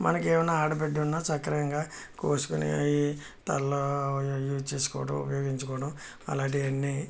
మనకు ఏమన్న ఆడబిడ్డ ఉన్న చక్కగా కోసుకొని అవి తలలో అలా యూజ్ చేసుకోవడం ఉపయోగించుకోవడం అలాంటివి అన్నీ